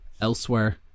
elsewhere